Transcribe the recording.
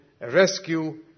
rescue